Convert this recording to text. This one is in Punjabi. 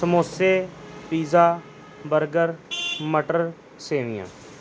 ਸਮੋਸੇ ਪਿਜ਼ਾ ਬਰਗਰ ਮਟਰ ਸੇਵੀਆਂ